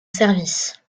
service